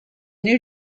new